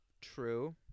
True